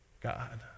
God